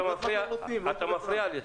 אתה מפריע לי.